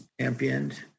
championed